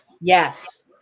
Yes